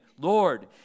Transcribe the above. Lord